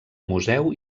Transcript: museu